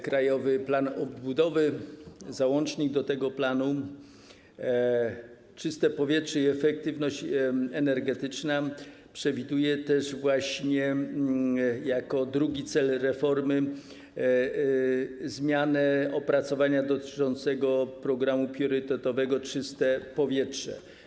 Krajowy Plan Odbudowy, załącznik do tego planu, ˝Czyste powietrze i efektywność energetyczna˝ przewiduje też właśnie jako drugi cel reformy zmianę opracowania dotyczącego programu priorytetowego ˝Czyste powietrze˝